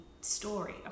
story